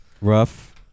rough